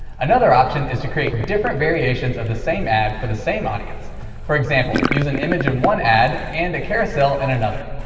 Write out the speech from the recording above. another option is to create different variations of the same ad for the same audience for example, use an image in one ad and a carousel in and another.